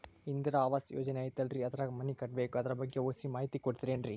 ಇಂದಿರಾ ಆವಾಸ ಯೋಜನೆ ಐತೇಲ್ರಿ ಅದ್ರಾಗ ಮನಿ ಕಟ್ಬೇಕು ಅದರ ಬಗ್ಗೆ ಒಸಿ ಮಾಹಿತಿ ಕೊಡ್ತೇರೆನ್ರಿ?